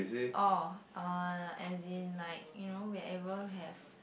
orh uh as in like you know wherever have